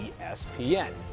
ESPN